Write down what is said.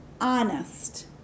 honest